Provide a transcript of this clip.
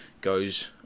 goes